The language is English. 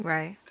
Right